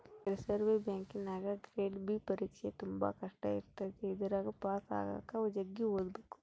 reserve ಬ್ಯಾಂಕಿನಗ grade B ಪರೀಕ್ಷೆ ತುಂಬಾ ಕಷ್ಟ ಇರುತ್ತೆ ಇದರಗ ಪಾಸು ಆಗಕ ಜಗ್ಗಿ ಓದಬೇಕು